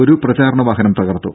ഒരു പ്രചാരണ വാഹനം തകർത്തു